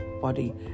body